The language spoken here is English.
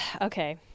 Okay